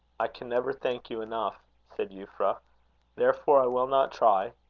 i can never thank you enough, said euphra therefore i will not try.